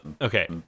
Okay